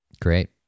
Great